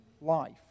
life